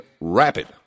rapid